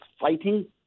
fighting